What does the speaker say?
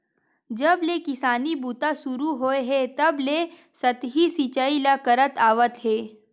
जब ले किसानी बूता सुरू होए हे तब ले सतही सिचई ल करत आवत हे